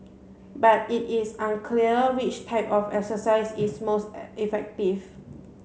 but it is unclear which type of exercise is most effective